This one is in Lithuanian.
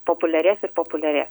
populiarės ir populiarė